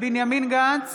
בנימין גנץ,